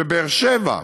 בבאר שבע,